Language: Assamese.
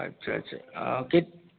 আচ্ছা আচ্ছা কেত্